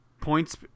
points